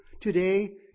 today